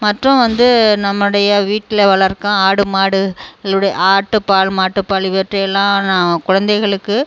மற்றும் வந்து நம்முடைய வீட்டில் வளர்க்கும் ஆடு மாடு ளுடை ஆட்டுப்பால் மாட்டுப்பால் இவற்றையெல்லாம் நா குழந்தைகளுக்கு